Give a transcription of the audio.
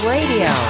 Radio